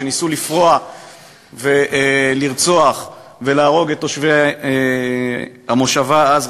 שניסו לפרוע ולרצוח ולהרוג את תושבי המושבה אז,